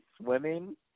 swimming